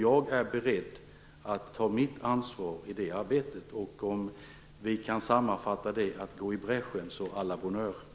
Jag är beredd att ta mitt ansvar i det arbetet. Om vi kan sammanfatta det med att gå i bräschen - à la bonne heure.